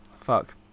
Fuck